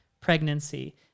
pregnancy